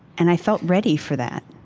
and i felt ready for that.